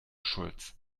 schulz